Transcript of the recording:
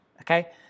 okay